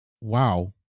wow